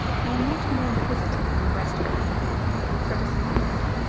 i am not more inquisitive than the rest of mankind, fergusson went on,